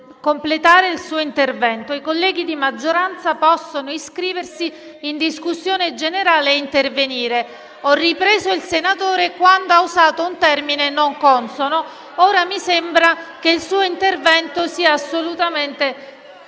completare il suo intervento. I colleghi di maggioranza possono iscriversi in discussione generale e intervenire. *(Commenti)*. Ho ripreso il senatore quando ha usato un termine non consono, ora mi sembra che il suo intervento sia assolutamente